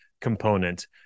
component